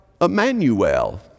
Emmanuel